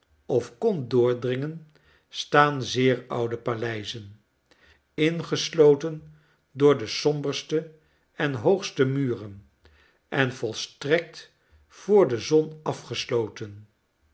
of kon doordringen staan zeer oude paleizen ingesloten door de somberste en hoogste muren en volstrekt voor de zon afgesloten